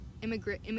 immigrant